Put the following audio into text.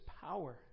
power